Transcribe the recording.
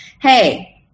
hey